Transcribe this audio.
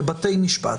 לבתי משפט.